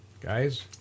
Guys